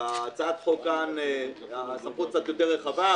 בהצעת החוק כאן הסמכות קצת יותר רחבה,